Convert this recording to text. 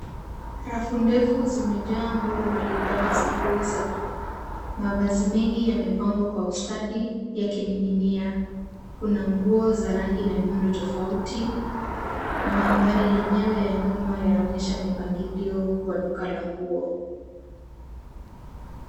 Rafu ndefu zimejaa nguo mbali mbali za kuuza. Mavazi mengi yamepangwa kwa ustadi yakining'inia. Kuna nguo za rangi na miundo tofauti na mandhari yenyewe ya nyuma yanaonyesha mipangilio wa duka la nguo.